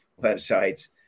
websites